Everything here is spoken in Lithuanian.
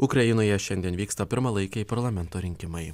ukrainoje šiandien vyksta pirmalaikiai parlamento rinkimai